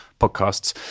podcasts